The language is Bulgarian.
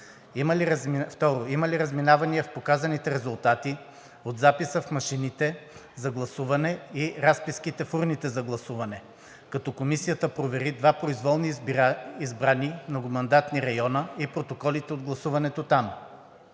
2. Има ли разминавания в показаните резултати от записа в машините за гласуване и разписките в урните за гласуване, като комисията провери два произволно избрани многомандатни района и протоколите от гласуването там.